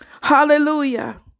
Hallelujah